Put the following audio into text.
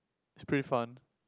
it's really fun